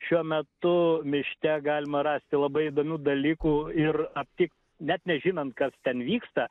šiuo metu miške galima rasti labai įdomių dalykų ir aptikt net nežinant kas ten vyksta